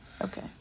Okay